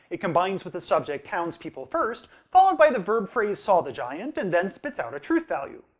it combines with the subject townspeople first, followed by the verb phrase saw the giant, and then spits out a truth value!